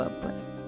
Purpose